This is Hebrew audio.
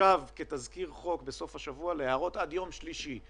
כתזכיר חוק בסוף השבוע להערות עד יום שלישי.